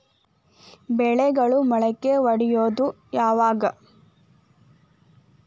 ಬೆಳೆಗಳು ಮೊಳಕೆ ಒಡಿಯೋದ್ ಯಾವಾಗ್?